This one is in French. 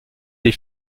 des